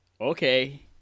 Okay